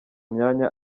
myanya